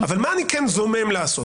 אבל מה אני כן זומם לעשות?